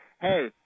hey